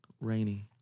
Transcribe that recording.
Rainy